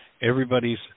everybody's